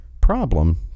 problem